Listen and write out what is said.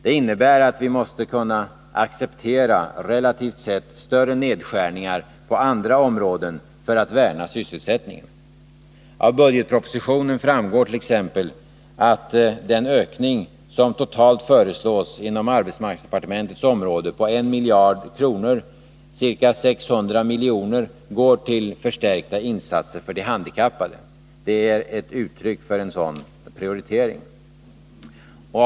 Det innebär att vi måste kunna acceptera relativt sett större nedskärningar på andra områden för att värna om sysselsättningen. Av budgetpropositionen framgår t.ex. att av den ökning som totalt föreslås inom arbetsmarknadsdepartementets område på 1 miljard kronor går ca 600 milj.kr. till förstärkta insatser för de handikappade. Det är ett uttryck för en sådan prioritering.